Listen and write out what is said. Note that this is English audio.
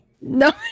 No